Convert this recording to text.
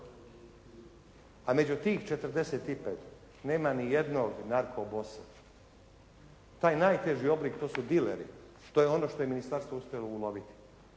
a među tih 45 nema nijednog narko bosa. Taj najteži oblik to su dileri. To je ono što je ministarstvo uspjelo uloviti.